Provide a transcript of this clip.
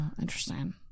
interesting